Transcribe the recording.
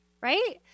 right